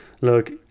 look